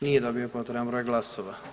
Nije dobio potreban broj glasova.